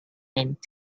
and